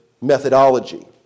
methodology